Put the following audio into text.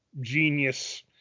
genius